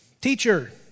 Teacher